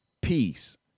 peace